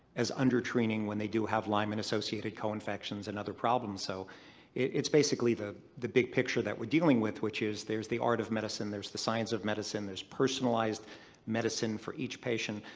as under-treating when they do have lyme and associated co-infections and other problems. so it's basically the the big picture that we're dealing with, which is there's the art of medicine, there's the science of medicine, there's personalized medicine for each patient,